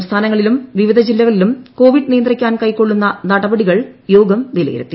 സംസ്ഥാനങ്ങളിലും വിവിധ ജില്ലകളിലും കോവിഡ് നിയന്ത്രിക്കാൻ കൈക്കൊള്ളുന്ന നടപടികൾ യോഗം വിലയിരുത്തി